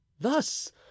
thus